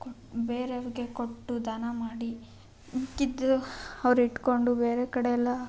ಬೇರೆಯವ್ರಿಗೆ ಕೊಟ್ಟು ದಾನ ಮಾಡಿ ಮಿಕ್ಕಿದ್ದು ಅವರು ಇಟ್ಕೊಂಡು ಬೇರೆ ಕಡೆಯೆಲ್ಲಾ